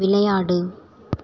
விளையாடு